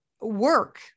work